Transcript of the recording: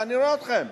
ואני רואה אתכם,